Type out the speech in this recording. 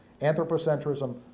Anthropocentrism